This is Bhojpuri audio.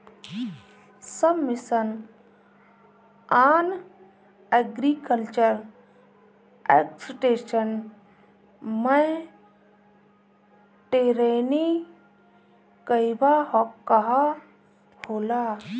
सब मिशन आन एग्रीकल्चर एक्सटेंशन मै टेरेनीं कहवा कहा होला?